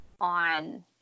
on